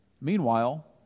Meanwhile